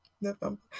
November